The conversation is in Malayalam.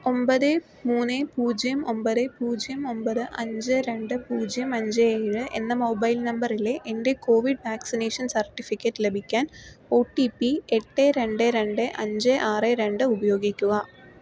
ഒമ്പത് മൂന്ന് പൂജ്യം ഒമ്പത് പൂജ്യം ഒമ്പത് അഞ്ച് രണ്ട് പൂജ്യം അഞ്ച് ഏഴ് എന്ന മൊബൈൽ നമ്പറിലെ എന്റെ കോവിഡ് വാക്സിനേഷൻ സർട്ടിഫിക്കറ്റ് ലഭിക്കാൻ ഒ ടി പി എട്ട് രണ്ട് രണ്ട് അഞ്ച് ആറേ രണ്ട് ഉപയോഗിക്കുക